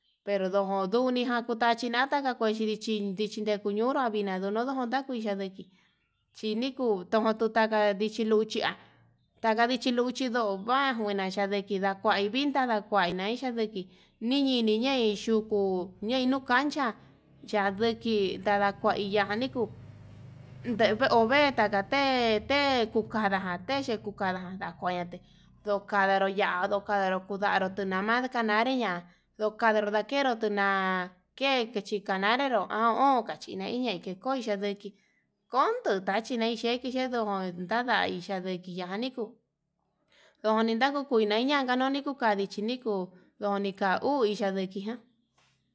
Pero ndoju ndunijan ndukachinata kuechi ndichin ndichini kuu ñoo, unavira ndono ta'a kuii yandiki chikiku kuna tuu taka ndichi luchia taka ndichi luchi ndo'o, va'a nguena yandikida kuai vintana kuai nai chanduku nii ñiniñai yuku ñein nuu cancha, yaduki nadakui yanii kuu nda'i ovee ndakata tede kukara texhe kukara ndakuaña te'e ndó, kanrado yanró kandaró kunaró tunama'a nakanare ña'a ndokandaro ndakero tuna'a ñe'e ke chikanaro ha onkachi chinai ke konchei ndeki kondu tachí nai xhei y xhei ndo'o, oon ndadaixhia ndekini kuu ndoni ndajujui ña'a kukanuni kuu kandichi nii kuu, ndonika uu ichandekian.